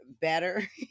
better